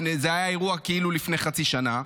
כאילו היה אירוע לפני חצי שנה,